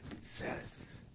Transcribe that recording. says